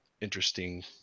interesting